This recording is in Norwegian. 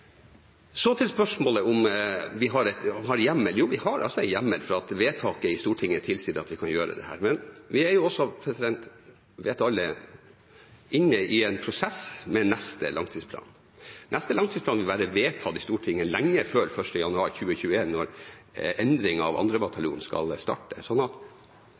Så til spørsmålet om vi har hjemmel: Jo, vi har hjemmel, for vedtaket i Stortinget tilsier at vi kan gjøre dette. Men vi er jo også – det vet alle – inne i en prosess med neste langtidsplan. Neste langtidsplan vil være vedtatt i Stortinget lenge før 1. januar 2021, da endringen av 2. bataljon skal starte. I det fagmilitære rådet fra forsvarssjefen er han tydelig på at